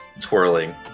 twirling